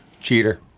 Cheater